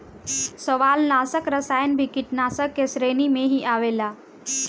शैवालनाशक रसायन भी कीटनाशाक के श्रेणी में ही आवेला